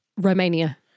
Romania